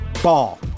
Ball